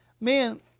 Man